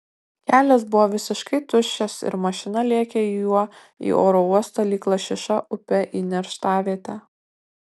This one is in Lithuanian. kelias buvo visiškai tuščias ir mašina lėkė juo į oro uostą lyg lašiša upe į nerštavietę